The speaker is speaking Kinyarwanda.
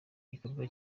igikorwa